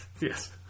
yes